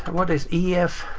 what is ef?